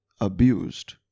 abused